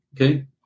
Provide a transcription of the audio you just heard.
Okay